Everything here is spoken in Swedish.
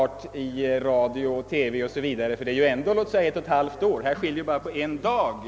Det blir ju ändå ett och ett halvt års varsel. Här skiljer det bara på en dag mellan det att de anställda informerades och det hela blev offentligt.